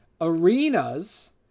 arenas